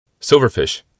Silverfish